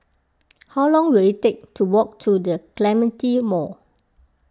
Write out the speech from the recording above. how long will it take to walk to the Clementi Mall